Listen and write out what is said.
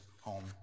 home